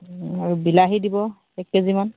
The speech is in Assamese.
আৰু বিলাহী দিব এক কেজিমান